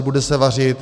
Bude se vařit?